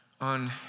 On